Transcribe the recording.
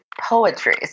poetry